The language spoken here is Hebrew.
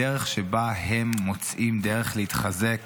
בדרך שבה הם מוצאים דרך להתחזק